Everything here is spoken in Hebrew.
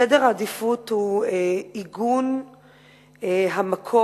סדר העדיפויות הוא עיגון המקום